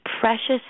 precious